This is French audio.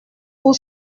pour